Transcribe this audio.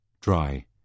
Dry